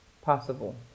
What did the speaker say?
possible